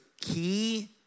key